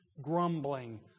grumbling